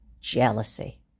jealousy